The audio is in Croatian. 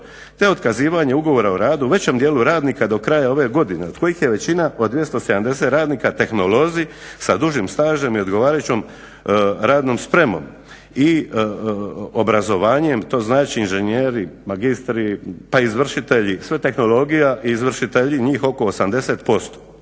te otkazivanje ugovora o radu većem dijelu radnika do kraja ove godine, od kojih je većina od 270 radnika tehnolozi sa dužim stažem i odgovarajućom radnom spremom i obrazovanjem, to znači inženjeri, magistri, pa izvršitelji, sve tehnologija i izvršitelji, njih oko 80%,